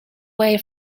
way